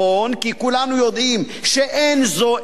כי כולנו יודעים שאין זו אמת,